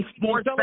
more